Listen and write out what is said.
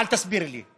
אל תסבירי לי.